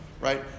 right